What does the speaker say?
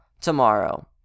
tomorrow